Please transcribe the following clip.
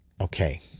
Okay